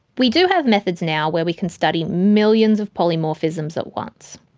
we do have methods now where we can study millions of polymorphisms at once,